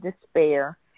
despair